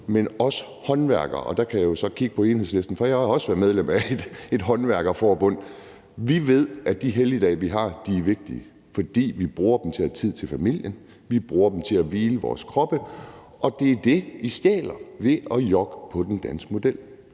Men vi håndværkere ved – og der kan jeg jo så kigge på Enhedslisten, for jeg har også været medlem af et håndværkerforbund – at de helligdage, vi har, er vigtige, fordi vi bruger dem til at have tid til familien og vi bruger dem til at hvile vores krop. Og det er det, vi stjæler, ved at jokke på den danske model.